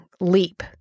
leap